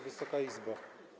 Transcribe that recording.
Wysoka Izbo!